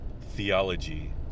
theology